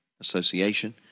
association